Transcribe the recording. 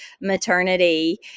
maternity